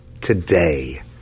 today